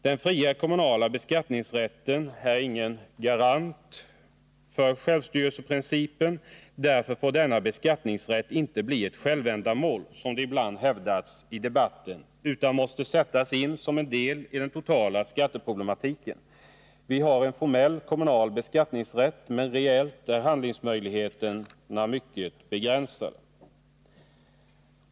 Den fria kommunala beskattningsrätten är ingen garant för självstyrelseprincipen. Därför får denna beskattningsrätt inte bli ett självändamål som det ibland hävdats i debatten utan måste sättas in som en del i den totala skatteproblematiken. Vi har en formell kommunal beskattningsrätt, men reellt är handlingsmöjligheterna mycket begränsade.